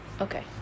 Okay